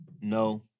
no